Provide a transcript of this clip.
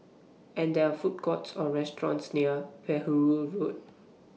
and There Food Courts Or restaurants near Perahu Road